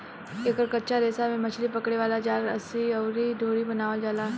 एकर कच्चा रेशा से मछली पकड़े वाला जाल, रस्सी अउरी डोरी बनावल जाला